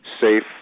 safe